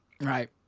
Right